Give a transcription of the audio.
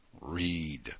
Read